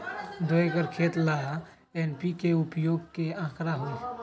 दो एकर खेत ला एन.पी.के उपयोग के का आंकड़ा होई?